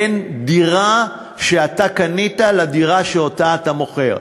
בין דירה שאתה קנית לדירה שאתה מוכר.